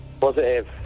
Positive